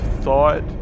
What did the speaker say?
thought